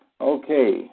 Okay